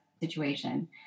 situation